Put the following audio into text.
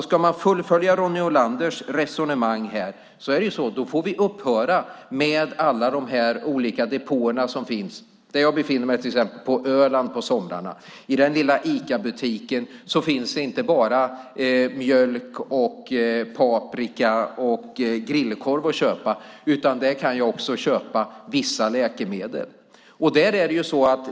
Ska man fullfölja Ronny Olanders resonemang får man upphöra med alla de olika depåer som finns. Jag befinner mig till exempel på Öland på somrarna. I den lilla Icabutiken finns inte bara mjölk, paprika och grillkorv att köpa, utan där kan jag också köpa vissa läkemedel.